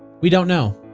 we don't know.